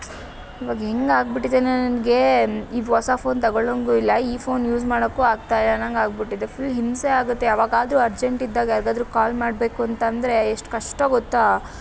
ಈವಾಗ ಹೇಗೆ ಆಗಿಬಿಟ್ಟಿದೆ ಅಂದರೆ ನನಗೆ ಈ ಹೊಸ ಫೋನ್ ತೊಗೊಳಂಗೂ ಇಲ್ಲ ಈ ಫೋನ್ ಯೂಸ್ ಮಾಡೋಕ್ಕೂ ಆಗ್ತಾ ಇಲ್ಲ ಅನ್ನಂಗಾಗ್ಬಿಟ್ಟಿದೆ ಫುಲ್ ಹಿಂಸೆ ಆಗುತ್ತೆ ಯಾವಾಗಾದರೂ ಅರ್ಜೆಂಟಿದ್ದಾಗ ಯಾರಿಗಾದ್ರೂ ಕಾಲ್ ಮಾಡಬೇಕು ಅಂತಂದರೆ ಎಷ್ಟು ಕಷ್ಟ ಗೊತ್ತಾ